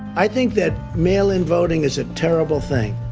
i think that mail-in voting is a terrible thing.